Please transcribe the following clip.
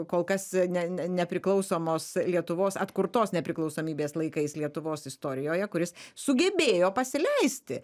kol kas ne ne nepriklausomos lietuvos atkurtos nepriklausomybės laikais lietuvos istorijoje kuris sugebėjo pasileisti